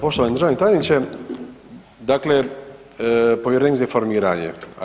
Poštovani državni tajniče, dakle povjerenik za informiranje.